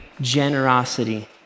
generosity